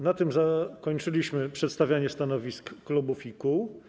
Na tym zakończyliśmy przedstawianie stanowisk klubów i kół.